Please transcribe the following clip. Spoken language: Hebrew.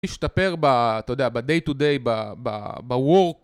להשתפר ב... אתה יודע, ב-day-to-day, ב, ב, ב-work